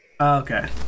Okay